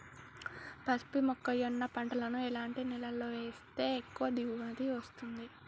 పసుపు మొక్క జొన్న పంటలను ఎలాంటి నేలలో వేస్తే ఎక్కువ దిగుమతి వస్తుంది?